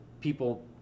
people